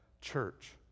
church